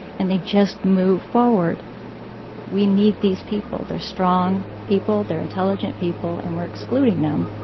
and they just move forward we need these people. they're strong people. they're intelligent people. and we're excluding them